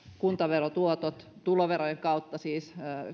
kuntaverotuotot tuloverojen kautta siis